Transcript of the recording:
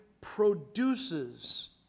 produces